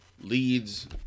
leads